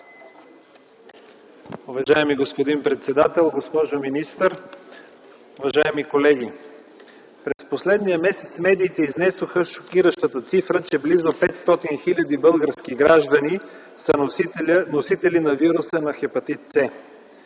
Уважаеми господин председател, госпожо министър, уважаеми колеги! През последния месец медиите изнесоха шокиращата цифра, че близо 500 хил. български граждани са носители на вируса на хепатит „С”.